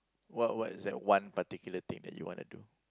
what what is that one particular thing that you wanna do